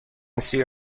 سیر